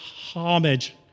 homage